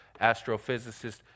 astrophysicist